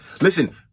Listen